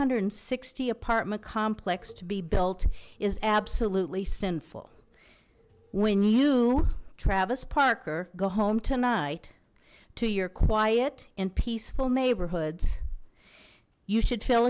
hundred sixty apartment complex to be built is absolutely sinful when you travis parker go home tonight to your quiet and peaceful neighborhoods you should feel